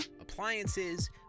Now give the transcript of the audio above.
appliances